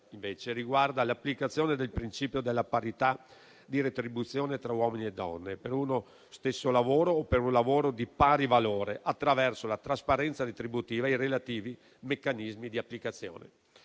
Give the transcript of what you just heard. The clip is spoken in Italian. invece, riguarda l'applicazione del principio della parità di retribuzione tra uomini e donne per uno stesso lavoro o per un lavoro di pari valore, attraverso la trasparenza retributiva e i relativi meccanismi di applicazione.